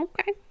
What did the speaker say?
Okay